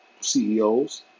CEOs